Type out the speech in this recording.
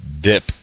dip